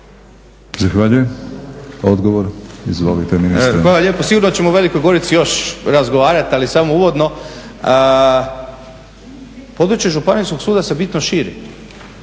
Hvala. Odgovor? Izvolite ministre.